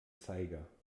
zeiger